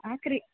ఆ త్రి